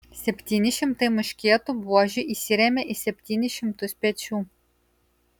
septyni šimtai muškietų buožių įsirėmė į septynis šimtus pečių